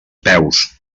peus